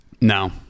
No